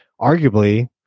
arguably